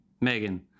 Megan